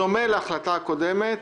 הנושא הבא: